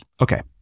okay